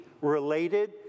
related